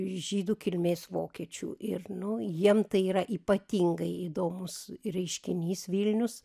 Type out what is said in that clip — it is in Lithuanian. žydų kilmės vokiečių ir nu jiem tai yra ypatingai įdomus reiškinys vilnius